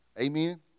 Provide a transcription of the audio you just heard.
Amen